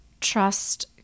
trust